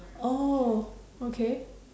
orh okay